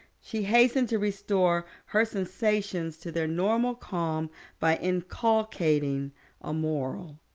she hastened to restore her sensations to their normal calm by inculcating a moral.